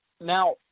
now